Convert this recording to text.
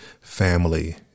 family